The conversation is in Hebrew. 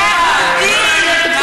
יהודים.